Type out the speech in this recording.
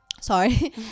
sorry